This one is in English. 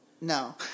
No